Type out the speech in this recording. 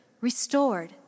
restored